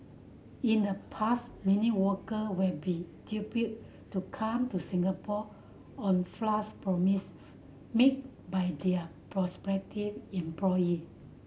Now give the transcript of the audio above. in the past many worker would be duped to come to Singapore on promise made by their prospective employee